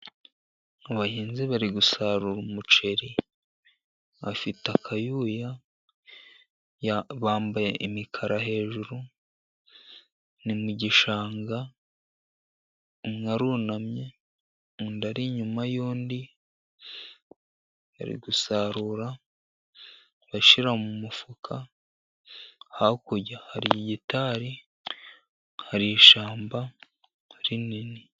Abahinzi bari gusarura umuceri bafite akayuya bambaye imikara hejuru, ni mu gishanga umwe arunamye undi ari inyuma y'undi, bari gusarura bashyira mu mufuka, hakurya hari igitari, hari ishyamba rinini.